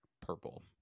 purple